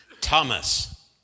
Thomas